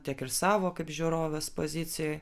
tiek ir savo kaip žiūrovės pozicijoj